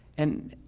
and,